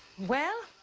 well,